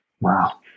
Wow